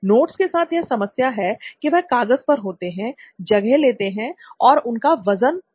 notes के साथ यह समस्या है कि वह कागज पर होते हैं जगह लेते हैं और उनका वजन भी होता है